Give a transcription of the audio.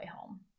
home